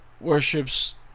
worships